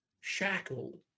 shackled